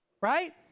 right